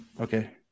Okay